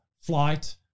flight